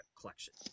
collection